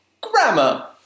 grammar